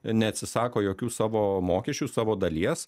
neatsisako jokių savo mokesčių savo dalies